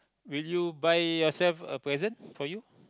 will you buy yourself a present for you